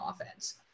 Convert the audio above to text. offense